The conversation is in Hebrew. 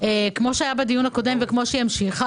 כמו שהיה בדיון הקודם וכמו שימשיך,